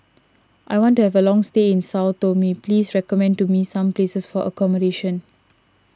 I want to have a long stay in Sao Tome please recommend to me some places for accommodation